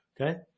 okay